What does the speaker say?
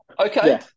Okay